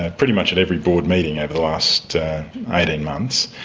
ah pretty much at every board meeting over the last eighteen months.